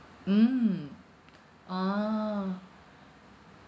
mm a'ah